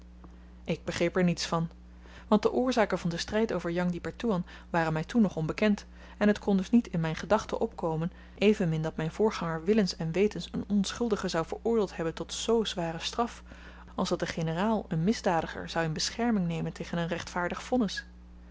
ik begreep er niets van want de oorzaken van den stryd over jang di pertoean waren my toen nog onbekend en t kon dus niet in myn gedachten opkomen evenmin dat myn voorganger willens en wetens een onschuldige zou veroordeeld hebben tot z zware straf als dat de generaal een misdadiger zou in bescherming nemen tegen een rechtvaardig vonnis